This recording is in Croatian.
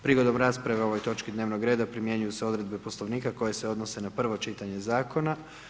Prigodom rasprave o ovoj točki dnevnog reda primjenjuju se odredbe Poslovnika koje se odnose na prvo čitanje zakona.